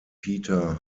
peter